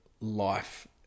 life